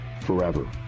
forever